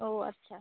ও আচ্ছা